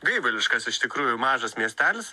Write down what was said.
gaivališkas iš tikrųjų mažas miestelis